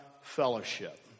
fellowship